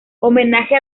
homenaje